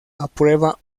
aprueba